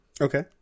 Okay